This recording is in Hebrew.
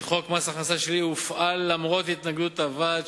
כי חוק מס הכנסה שלילי הופעל למרות התנגדות הוועד,